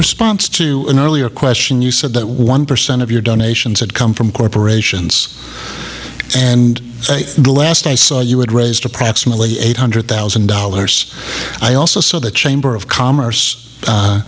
response to an earlier question you said that one percent of your donations had come from corporations and the last i saw you would raised approximately eight hundred thousand dollars i also saw the chamber of commerce